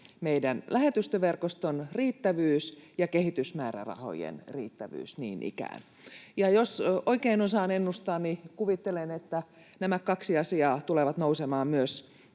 meidän lähetystöverkoston riittävyys ja kehitysmäärärahojen riittävyys niin ikään, ja jos oikein osaan ennustaa, niin kuvittelen, että nämä kaksi asiaa tulevat nousemaan myös